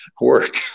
work